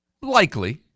Likely